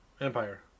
Empire